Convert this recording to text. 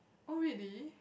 oh really